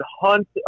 hunt